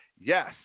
Yes